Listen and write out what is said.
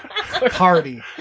Party